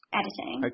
editing